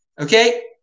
Okay